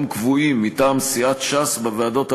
קבועים מטעם סיעת ש"ס בוועדות הבאות,